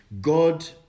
God